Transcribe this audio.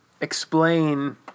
explain